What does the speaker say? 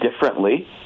differently